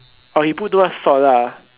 oh he put too much salt lah